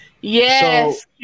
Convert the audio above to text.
Yes